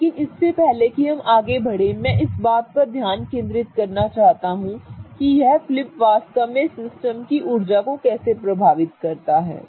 लेकिन इससे पहले कि हम आगे बढ़ें मैं इस बात पर ध्यान केंद्रित करना चाहता हूं कि यह फ्लिप वास्तव में सिस्टम की ऊर्जा को कैसे प्रभावित करता है